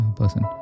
person